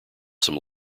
some